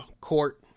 court